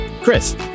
Chris